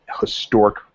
historic